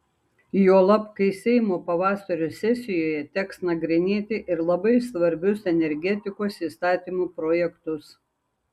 juolab kai seimo pavasario sesijoje teks nagrinėti ir labai svarbius energetikos įstatymų projektus